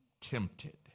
tempted